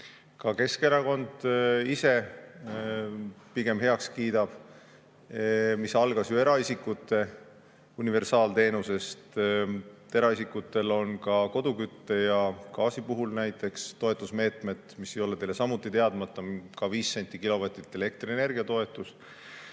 ka Keskerakond ise pigem heaks kiidab, mis algas ju eraisikute universaalteenusest. Eraisikutel on ka kodukütte ja gaasi puhul näiteks toetusmeetmed, mis ei ole teile samuti teadmata, ka viis senti kilovatilt elektrienergiatoetus.